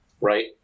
right